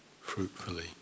fruitfully